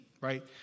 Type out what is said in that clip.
right